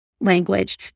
language